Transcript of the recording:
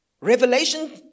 Revelation